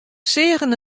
seagen